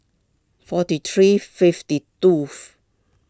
forty three fifty tooth